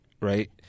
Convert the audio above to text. right